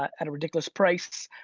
at a ridiculous price.